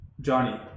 Johnny